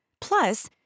Plus